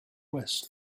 west